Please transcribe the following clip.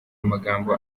amagambo